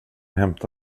hämta